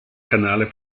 canale